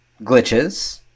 glitches